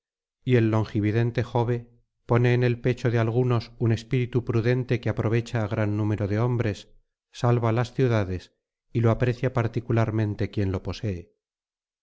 y el longividente jove pone en el pecho de algunos un espíritu prudente que aprovecha á gran numero de hombres salva las ciudades y lo aprecia particularmente quien lo posee